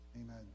amen